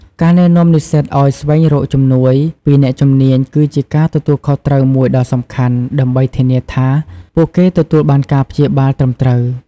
ការណែនាំនិស្សិតឱ្យស្វែងរកជំនួយពីអ្នកជំនាញគឺជាការទទួលខុសត្រូវមួយដ៏សំខាន់ដើម្បីធានាថាពួកគេទទួលបានការព្យាបាលត្រឹមត្រូវ។